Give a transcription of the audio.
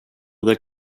their